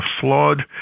flawed